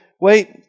wait